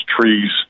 trees